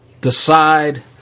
Decide